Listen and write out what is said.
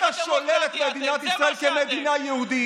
אתה שולל את מדינת ישראל כמדינה יהודית.